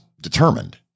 determined